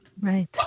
Right